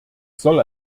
soll